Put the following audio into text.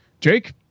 Jake